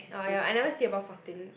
ah ya I never see above fourteen